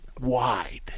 wide